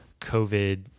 COVID